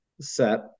set